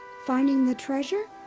finding the treasure?